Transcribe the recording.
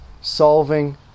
solving